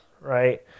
right